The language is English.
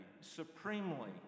supremely